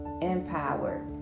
empowered